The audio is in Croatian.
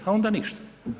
A onda ništa.